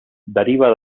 deriva